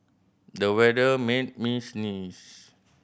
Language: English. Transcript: the weather made me sneeze